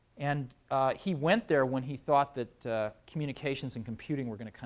and he went there when he thought that communications and computing were going to, kind